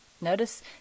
notice